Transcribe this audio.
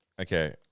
okay